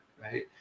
right